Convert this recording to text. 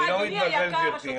אני לא מתבלבל, גברתי.